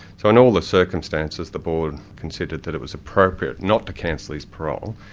so in all the circumstances, the board considered that it was appropriate not to cancel his parole,